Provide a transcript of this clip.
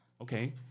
Okay